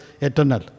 eternal